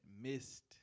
missed